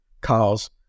cars